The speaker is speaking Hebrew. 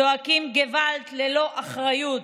צועקים געוואלד ללא אחריות,